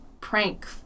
prank